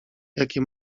jakie